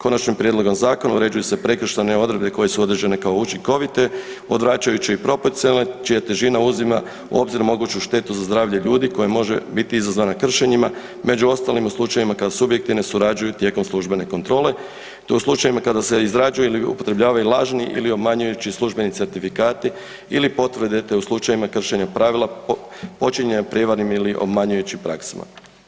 Konačnim prijedlogom zakona uređuju se prekršajne odredbe koje su određene kao učinkovite odvraćajući proporcionalne čija težina uzima u obzir moguću štetu za zdravlje ljudi koje može biti izazvana kršenjima, među ostalim u slučajevima kada subjektivne surađuju tijekom službene kontrole te u slučajevima kada se izrađuje ili upotrebljavaju lažni ili obmanjujući službeni certifikati ili potvrde te u slučajevima kršenja pravila počinjena prijevarnim ili obmanjujućim praksama.